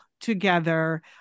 together